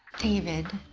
david.